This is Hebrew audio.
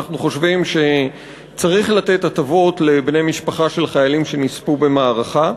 אנחנו חושבים שצריך לתת הטבות לבני משפחה של חיילים שנספו במערכה,